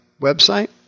website